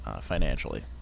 financially